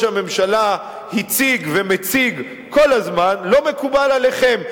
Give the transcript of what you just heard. הממשלה הציג ומציג כל הזמן לא מקובל עליכם,